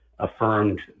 affirmed